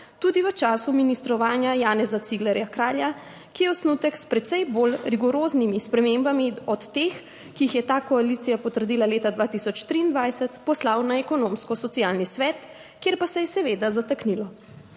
Tudi v času ministrovanja Janeza Ciglerja Kralja, ki je osnutek s precej bolj rigoroznimi spremembami od teh, ki jih je ta koalicija potrdila leta 2023 poslal na Ekonomsko-socialni svet, kjer pa se je seveda zataknilo.